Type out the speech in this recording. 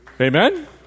Amen